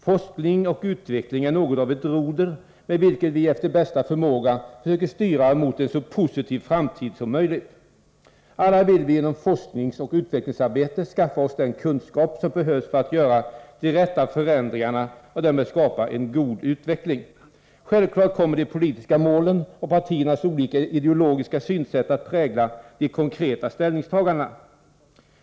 Forskning och utveckling är något av ett roder, med vilket vi efter bästa förmåga söker styra mot en så positiv framtid som möjligt. Alla vill vi genom forskningsoch utvecklingsarbete skaffa oss den kunskap som behövs för att göra de rätta förändringarna och därmed skapa en god utveckling. Självfallet kommer de politiska målen och partiernas olika ideologiska synsätt att prägla de konkreta ställningstagandena.